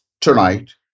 tonight